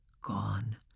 Gone